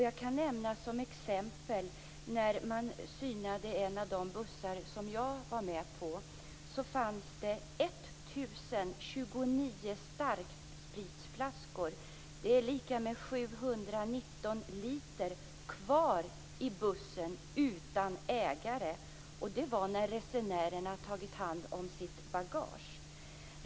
Jag kan nämna som exempel att det när man synade en av dessa bussar, som jag var med på, fanns 1 029 starkspritsflaskor - det är lika med 719 liter - kvar i bussen utan ägare, och det var när resenärerna hade tagit hand om sitt bagage.